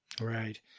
Right